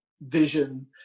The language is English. vision